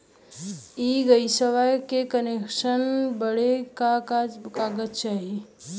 इ गइसवा के कनेक्सन बड़े का का कागज चाही?